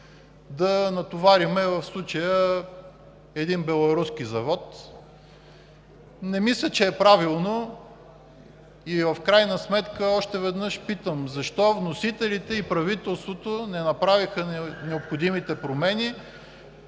да натоварим в случая един беларуски завод. Не мисля, че е правилно и в крайна сметка още веднъж питам: защо вносителите и правителството не направиха необходимите промени